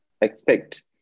expect